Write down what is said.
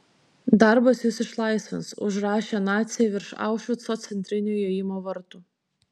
darbas jus išlaisvins užrašė naciai virš aušvico centrinio įėjimo vartų